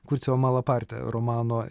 kurcio malaparti romano